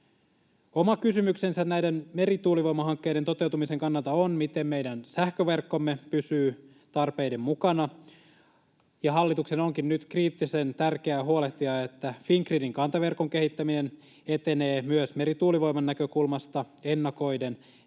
Oma kysymyksensä näiden merituulivoimahankkeiden toteutumisen kannalta on, miten meidän sähköverkkomme pysyy tarpeiden mukana, ja hallituksen onkin nyt kriittisen tärkeää huolehtia, että Fingridin kantaverkon kehittäminen etenee myös merituulivoiman näkökulmasta ennakoiden eivätkä